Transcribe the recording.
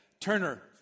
Turner